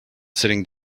sitting